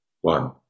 One